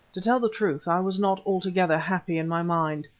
to tell the truth, i was not altogether happy in my mind.